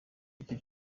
aricyo